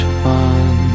fun